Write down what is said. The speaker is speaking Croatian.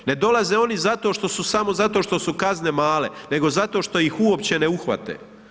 Ne dolaze oni zato što su samo, zato što su kazne male, nego zato što ih uopće ne uhvate.